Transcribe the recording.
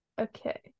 okay